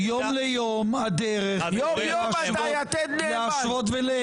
לא, זה שיא